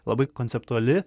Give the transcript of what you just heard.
labai konceptuali